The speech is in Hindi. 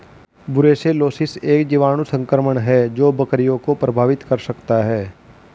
ब्रुसेलोसिस एक जीवाणु संक्रमण है जो बकरियों को प्रभावित कर सकता है